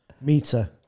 meter